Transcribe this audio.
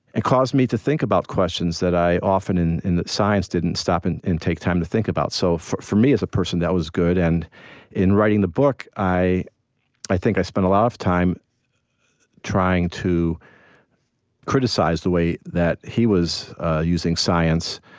it caused me to think about questions that i often, in in the science, didn't stop and take time to think about. so, for for me as a person, that was good. and in writing the book, i i think i spent a lot of time trying to criticize the way that he was using science.